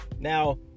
now